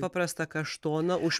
paprastą kaštoną už